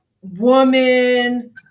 woman